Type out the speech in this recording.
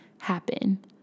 happen